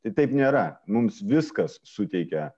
tai taip nėra mums viskas suteikia